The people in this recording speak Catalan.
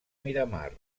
miramar